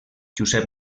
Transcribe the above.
josep